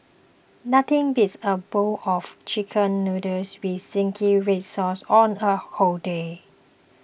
nothing beats a bowl of Chicken Noodles with Zingy Red Sauce on a whole day